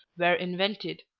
were invented.